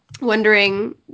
wondering